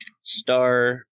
star